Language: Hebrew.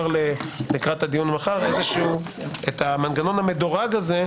לקראת הדיון מחר את המנגנון המדורג הזה.